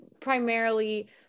primarily